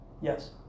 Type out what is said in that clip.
Yes